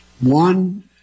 One